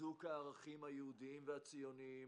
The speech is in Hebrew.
חיזוק הערכים היהודיים והציוניים.